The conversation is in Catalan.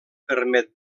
permet